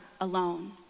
alone